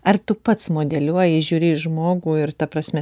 ar tu pats modeliuoji žiūri į žmogų ir ta prasme